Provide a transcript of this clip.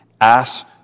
ask